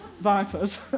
vipers